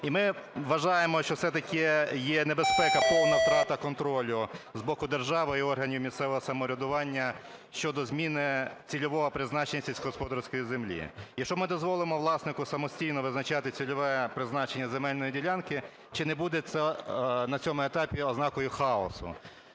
І ми вважаємо, що все-таки є небезпека – повна втрата контролю з боку держави і органів місцевого самоврядування щодо зміни цільового призначення сільськогосподарської землі. Якщо ми дозволимо власнику самостійно визначати цільове призначення земельної ділянки, чи не буде це на цьому етапі ознакою хаосу?